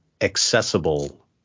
accessible